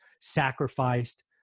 sacrificed